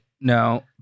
no